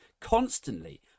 constantly